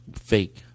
fake –